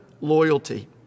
loyalty